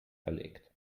verlegt